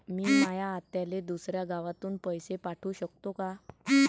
मी माया आत्याले दुसऱ्या गावातून पैसे पाठू शकतो का?